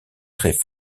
traits